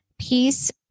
peace